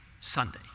Sunday